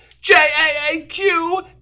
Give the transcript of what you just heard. J-A-A-Q